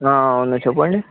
అవును చెప్పండి